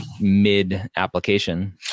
mid-application